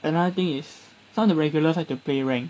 another thing is some of the regulars like to play rank